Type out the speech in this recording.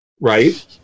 right